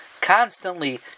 constantly